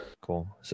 cool